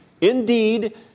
indeed